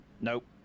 nope